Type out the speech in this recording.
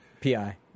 pi